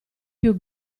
più